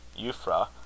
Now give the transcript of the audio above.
Euphra